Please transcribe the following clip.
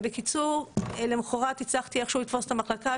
בקיצור, למוחרת הצלחתי איכשהו לתפוס את המחלקה.